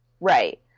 right